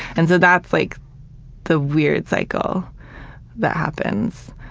and so that's like the weird cycle that happens.